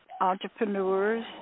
entrepreneurs